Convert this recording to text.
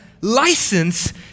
license